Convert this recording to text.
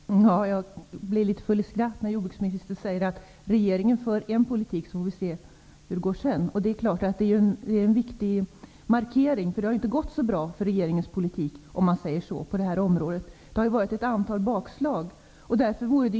Herr talman! Jag blir litet full i skratt när jordbruksministern säger att regeringen för en politik och att vi får se hur det går sedan. Det är klart att det är en viktig markering. Det har ju inte gått så bra för regeringens politik på detta område. Det har ju varit ett antal bakslag.